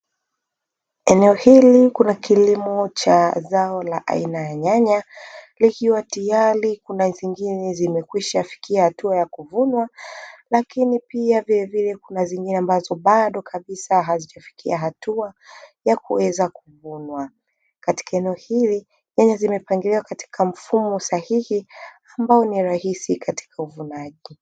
Eneo hili kuna kilimo cha zao la aina ya nyanya likiwa tiyari kuna zingine zimekwishafikia hatua ya kuvunwa lakini pia vilevile kuna zingine ambazo bado kabisa hazijafikia hatua ya kuweza kuvunwa. Katika eneo hili nyanya zimepangiliwa katika mfumo sahihi ambao ni rahisi katika uvunaji.